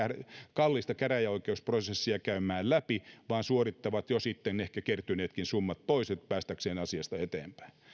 kallista käräjäoikeusprosessia käymään läpi vaan suorittavat jo sitten ehkä kertyneetkin summat pois päästäkseen asiasta eteenpäin